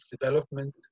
development